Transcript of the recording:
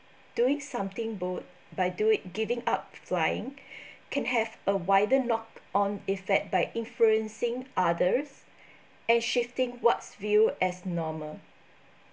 doing something bold by doing giving up flying can have a wider knock on effect by influencing others and shifting what's viewed as normal